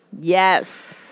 Yes